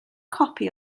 copi